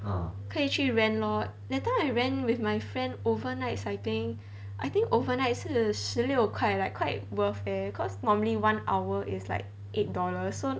可以去 rent lor that time I rent with my friend overnight cycling I think overnight 是十六块 like quite worth leh cause normally one hour is like eight dollars so